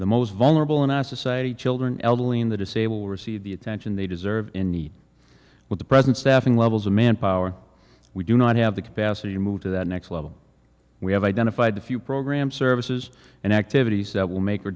the most vulnerable in our society children elderly and the disable receive the attention they deserve in need with the present staffing levels of manpower we do not have the capacity to move to that next level we have identified a few programs services and activities that will make a